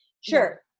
Sure